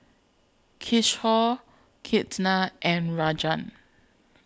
Kishore Ketna and Rajan